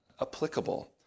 applicable